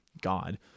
God